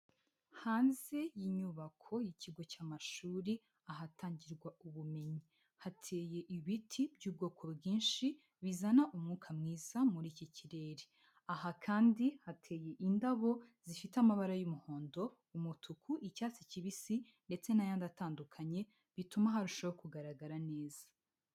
Hanze y'inyubako ikigo cy'amashuri ahatangirwa ubumenyi, hateye ibiti by'ubwoko bwinshi bizana umwuka mwiza muri iki kirere. Aha kandi hateye indabo zifite amabara y'umuhondo, umutuku, icyatsi kibisi ndetse n'ayandi atandukanye bituma harushaho kugaragara neza.